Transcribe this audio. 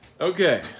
Okay